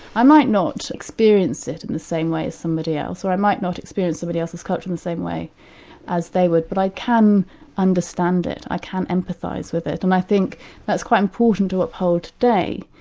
i might not experience it in the same way as somebody else, or i might not experience somebody else's culture in the same way as they would, but i can understand it, i can empathise with it, and i think that's quite important to uphold today,